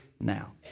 now